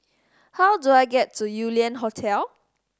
how do I get to Yew Lian Hotel